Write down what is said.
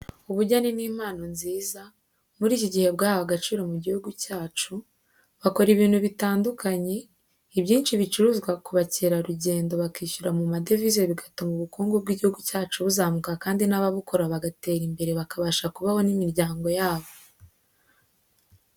Ubugeni ni impano nziza, muri iki gihe bwahawe agaciro mu gihugu cyacu, bakora ibintu bitandukanye, ibyinshi bicuruzwa ku ba kerarugendo bakishyura mu madevize bigatuma ubukungu bw'igihugu cyacu buzamuka kandi n'ababukora bukabateza imbere bakabasha kubaho n'imiryango yabo.